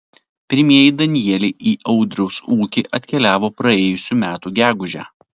pirmieji danieliai į audriaus ūkį atkeliavo praėjusių metų gegužę